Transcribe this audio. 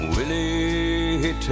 Willie